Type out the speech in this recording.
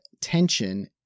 tension